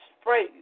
spray